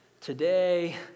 Today